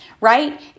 right